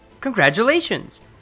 Congratulations